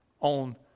on